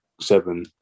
seven